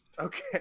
okay